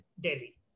Delhi